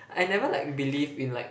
I never like believe in like